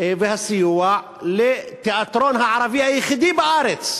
והסיוע לתיאטרון הערבי היחיד בארץ,